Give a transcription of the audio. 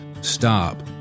stop